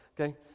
okay